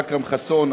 אכרם חסון,